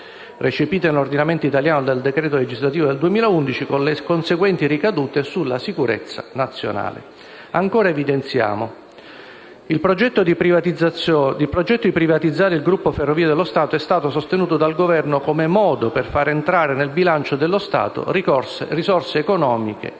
recepita nell'ordinamento italiano dal decreto legislativo n. 61 del 2011, con le conseguenti ricadute sulla sicurezza nazionale. Evidenziamo inoltre che il progetto di privatizzare il gruppo Ferrovie dello Stato Italiane è stato sostenuto dal Governo come modo per far entrare nel bilancio dello Stato risorse economiche e migliorare